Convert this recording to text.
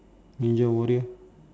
ninja warrior